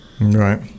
right